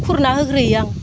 खुरना होग्रोयो आं